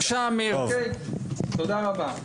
תודה רבה.